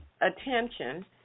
attention